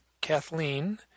Kathleen